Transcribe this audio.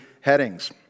headings